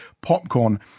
popcorn